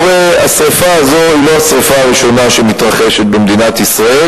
הרי השרפה הזו היא לא השרפה הראשונה שמתרחשת במדינת ישראל,